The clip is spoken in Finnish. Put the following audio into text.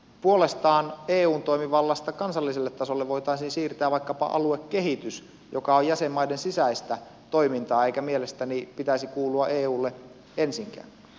puolestaan eun toimivallasta kansalliselle tasolle voitaisiin siirtää vaikkapa aluekehitys joka on jäsenmaiden sisäistä toimintaa ja jonka ei mielestäni pitäisi kuulua eulle ensinkään